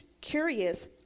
curious